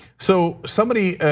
so somebody,